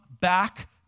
back